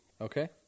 Okay